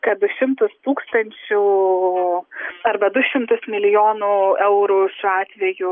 kad du šimtus tūkstančių arba du šimtus milijonų eurų šiuo atveju